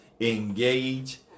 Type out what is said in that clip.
engage